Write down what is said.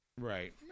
right